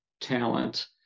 talent